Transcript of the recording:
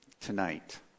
Tonight